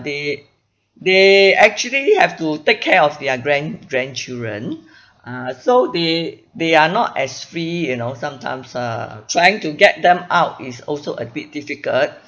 they they actually have to take care of their grand~ grandchildren uh so they they are not as free you know sometimes uh trying to get them out is also a bit difficult